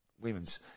women's